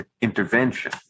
intervention